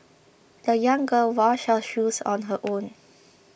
the young girl washed her shoes on her own